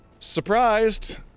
Surprised